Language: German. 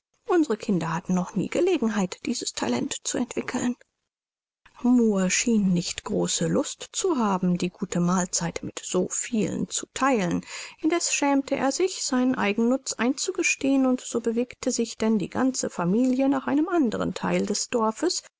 unsere kinder hatten noch nie gelegenheit dieses talent zu entwickeln murr schien nicht große lust zu haben die gute mahlzeit mit so vielen zu theilen indeß schämte er sich seinen eigennutz einzugestehen und so bewegte sich denn die ganze familie nach einem andern theil des dorfes